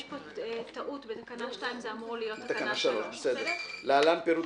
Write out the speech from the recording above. יש פה טעות בתקנה 2 זה אמור להיות תקנה 3. להלן פירוט